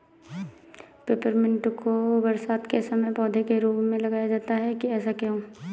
Peppermint को बरसात के समय पौधे के रूप में लगाया जाता है ऐसा क्यो?